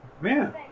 Man